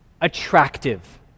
attractive